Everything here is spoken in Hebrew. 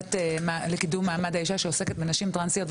בוועדה לקידום מעמד האישה שעוסקת בנשים טרנסיות.